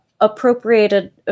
appropriated